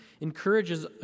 encourages